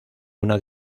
una